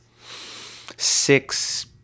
six